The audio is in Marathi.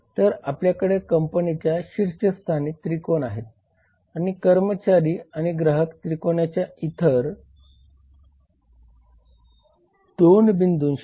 तर आपल्याकडे कंपनीच्या शीर्षस्थानी त्रिकोण आहे आणि कर्मचारी आणि ग्राहक त्रिकोणाच्या इतर 2 शिरोबिंदू बनवतात